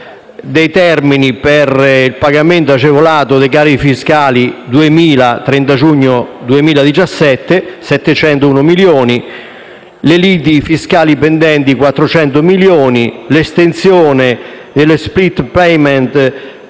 dei termini per il pagamento agevolato dei carichi fiscali (30 giugno 2018 per 701 milioni), le liti fiscali pendenti (400 milioni), l'estensione dello *split payment*